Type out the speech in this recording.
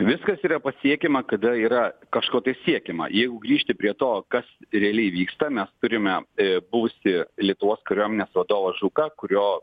viskas yra pasiekiama kada yra kažko tai siekiama jeigu grįžti prie to kas realiai vyksta mes turime buvusį lietuvos kariuomenės vadovą žuką kurio